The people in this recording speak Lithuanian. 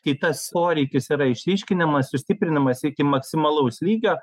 kai tas poreikis yra išryškinamas sustiprinamas iki maksimalaus lygio